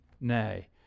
nay